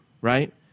right